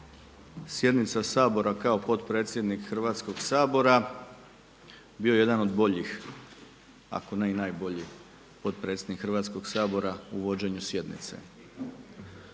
sjednica Sabora kao potpredsjednik Hrvatskog sabora bio jedan od boljih, ako ne i najbolji potpredsjednik Hrvatskog sabora u vođenju sjednice,